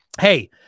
Hey